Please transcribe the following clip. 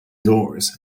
doors